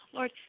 Lord